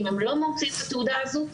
ואם הם לא מוציאים את התעודה הזו,